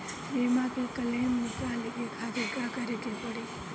बीमा के क्लेम निकाले के खातिर का करे के पड़ी?